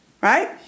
right